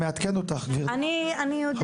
אני מעדכן אותך בזה --- אני יודעת,